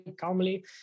calmly